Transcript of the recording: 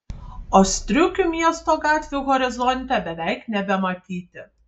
o striukių miesto gatvių horizonte beveik nebematyti